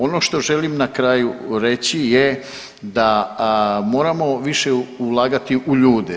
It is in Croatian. Ono što želim na kraju reći je da moramo više ulagati u ljude.